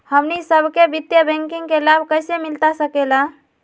हमनी सबके वित्तीय बैंकिंग के लाभ कैसे मिलता सके ला?